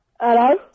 Hello